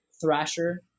thrasher